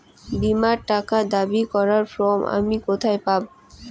বীমার টাকা দাবি করার ফর্ম আমি কোথায় পাব?